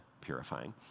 purifying